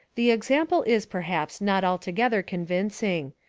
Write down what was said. the example is, perhaps, not alto gether convincing.